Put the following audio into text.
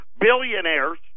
billionaires